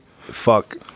fuck